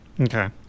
okay